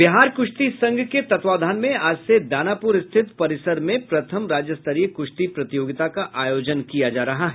बिहार कुश्ती संघ के तत्वावधान में आज से दानापुर स्थित रेलवे परिसर में प्रथम राज्यस्तरीय कृश्ती प्रतियोगिता का आयोजन किया जा रहा है